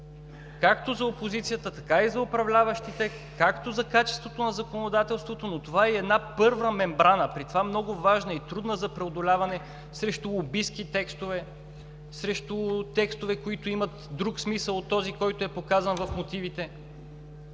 както за опозицията, така и за управляващите, както и за качеството на законодателството. Той е и първа мембрана, при това много важна и трудна за преодоляване, срещу лобистки текстове, срещу текстове, които имат друг смисъл от показания в мотивите.